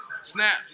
snaps